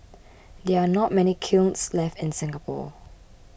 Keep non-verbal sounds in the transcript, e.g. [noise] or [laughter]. [noise] there are not many kilns left in Singapore